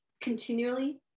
continually